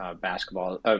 basketball